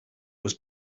was